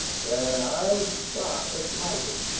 then i'll start the smiting,